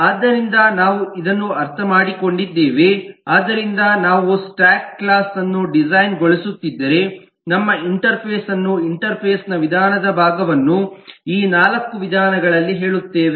ಆದ್ದರಿಂದ ನಾವು ಇದನ್ನು ಅರ್ಥಮಾಡಿಕೊಂಡಿದ್ದೇವೆ ಆದ್ದರಿಂದ ನಾವು ಸ್ಟಾಕ್ ಕ್ಲಾಸ್ ಅನ್ನು ಡಿಸೈನ್ ಗೊಳಿಸುತ್ತಿದ್ದರೆ ನಮ್ಮ ಇಂಟರ್ಫೇಸ್ ಅನ್ನು ಇಂಟರ್ಫೇಸ್ ನ ವಿಧಾನದ ಭಾಗವನ್ನು ಈ ನಾಲ್ಕು ವಿಧಾನಗಳಲ್ಲಿ ಹೇಳುತ್ತೇವೆ